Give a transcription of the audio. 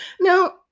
Now